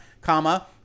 comma